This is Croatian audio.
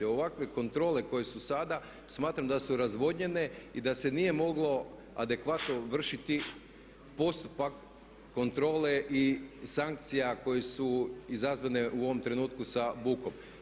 Ovakve kontrole koje su sada smatram da su razvodnjene i da se nije moglo adekvatno vršiti postupak kontrole i sankcija koje su izazvane u ovom trenutku sa bukom.